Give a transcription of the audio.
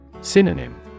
Synonym